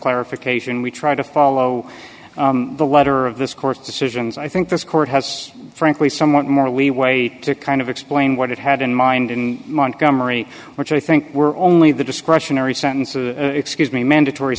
clarification we try to follow the letter of this court's decisions i think this court has frankly somewhat more leeway to kind of explain what it had in mind in montgomery which i think were only the discretionary sentences excuse me mandatory